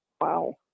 Wow